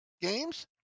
games